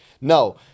No